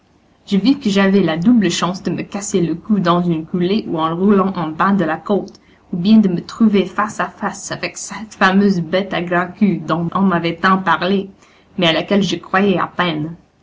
je vis que j'avais la double chance de me casser le cou dans une coulée ou en roulant en bas de la côte ou bien de me trouver face à face avec cette fameuse bête à grand'queue dont on m'avait tant parlé mais à laquelle je croyais à peine